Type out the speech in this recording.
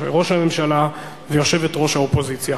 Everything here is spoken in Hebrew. ראש הממשלה ויושבת-ראש האופוזיציה.